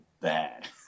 bad